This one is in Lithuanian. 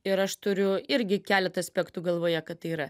ir aš turiu irgi keletą aspektų galvoje kad tai yra